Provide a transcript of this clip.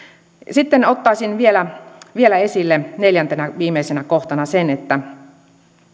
sitten ottaisin vielä vielä esille neljäntenä viimeisenä kohtana sen että